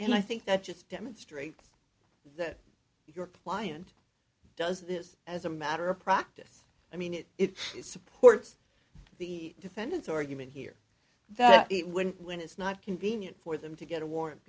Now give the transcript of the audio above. and i think that just demonstrates that your client does this as a matter of practice i mean it it supports the defendant's argument here that it wouldn't when it's not convenient for them to get a warrant